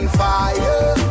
fire